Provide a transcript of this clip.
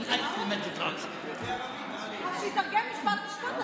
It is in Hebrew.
הזו של 250,000 המתפללים במסגד אל-אקצא.) אז שיתרגם משפט-משפט.